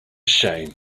shame